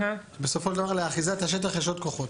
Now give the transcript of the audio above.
בסופו של דבר לאחיזת השטח יש עוד כוחות.